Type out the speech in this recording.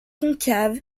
concave